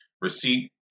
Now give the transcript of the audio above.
receipt